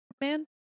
man